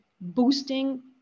boosting